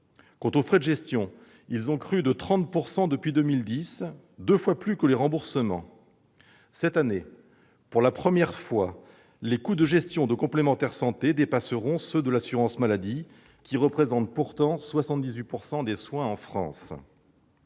Quant aux frais de gestion, ils ont crû de 30 % depuis 2010, deux fois plus vite que les remboursements. Cette année, pour la première fois, les coûts de gestion des complémentaires santé dépasseront ceux de l'assurance maladie, qui représente pourtant 78 % des soins fournis